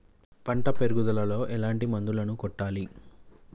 పంట పెరుగుదలలో ఎట్లాంటి మందులను కొట్టాలి?